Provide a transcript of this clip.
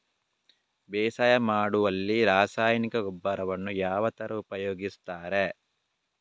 ಬೇಸಾಯ ಮಾಡುವಲ್ಲಿ ರಾಸಾಯನಿಕ ಗೊಬ್ಬರಗಳನ್ನು ಯಾವ ತರ ಉಪಯೋಗಿಸುತ್ತಾರೆ?